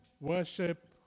worship